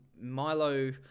Milo